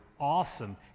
awesome